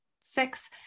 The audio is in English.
six